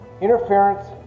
interference